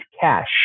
cash